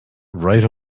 right